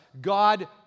God